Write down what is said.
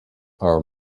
are